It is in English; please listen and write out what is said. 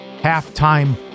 halftime